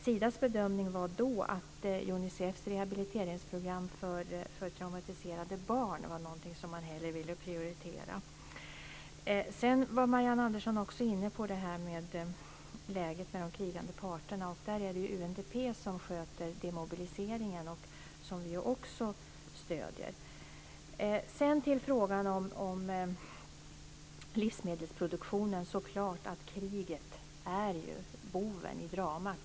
Sidas bedömning var då att Unicefs rehabiliteringsprogram för traumatiserade barn var någonting som man hellre ville prioritera. Marianne Andersson var också inne på läget med de krigande parterna. Det är UNDP som sköter demobiliseringen, som vi också stöder. Svaret på frågan om livsmedelsproduktionen är att det är klart att kriget är boven i dramat.